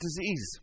disease